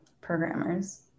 programmers